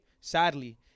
Sadly